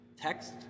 text